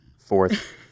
fourth